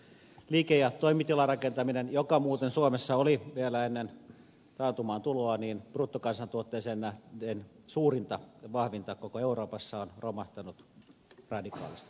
liike ja toimitilarakentaminen joka muuten suomessa oli vielä ennen taantuman tuloa bruttokansantuotteeseen nähden suurinta vahvinta koko euroopassa on romahtanut radikaalisti